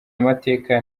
amateka